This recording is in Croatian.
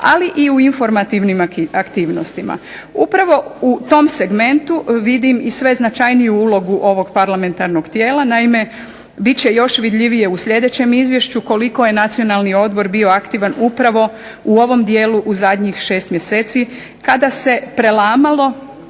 ali i u informativnim aktivnostima. Upravo u tom segmentu vidim i sve značajniju ulogu ovog parlamentarnog tijela. Naime, bit će još vidljivije u sljedećem izvješću koliko je Nacionalni odbor bio aktivan upravo u ovom dijelu u zadnjih šest mjeseci kada se prelamalo,